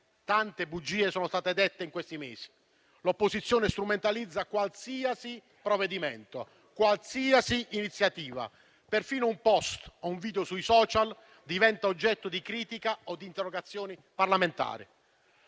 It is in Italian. Tante bugie sono state dette in questi mesi. L'opposizione strumentalizza qualsiasi provvedimento, qualsiasi iniziativa. Perfino un *post* o un video sui *social* diventa oggetto di critica o di interrogazioni parlamentari.